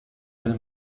del